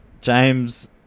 James